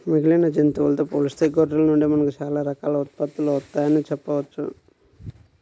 మిగిలిన జంతువులతో పోలిస్తే గొర్రెల నుండి మనకు చాలా రకాల ఉత్పత్తులు వత్తయ్యని చెప్పొచ్చు